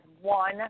one